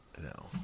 No